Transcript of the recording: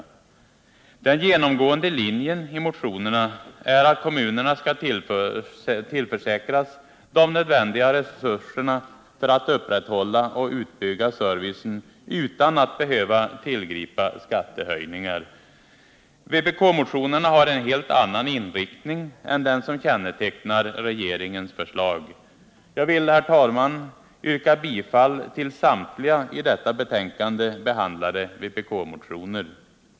Den genomgående linjen i motionerna är att kommunerna skall tillförsäkras de nödvändiga resurserna för att upprätthålla och utbygga servicen utan att behöva tillgripa skattehöjningar. Vpk-motionerna har en helt annan inriktning än den som kännetecknar regeringens förslag. Jag vill, herr talman, yrka bifall till samtliga i detta betänkande behandlade vpk-motioner.